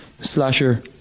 Slasher